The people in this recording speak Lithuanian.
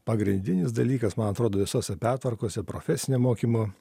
pagrindinis dalykas man atrodo visose pertvarkose profesinio mokymo